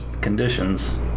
conditions